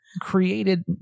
created